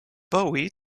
bowie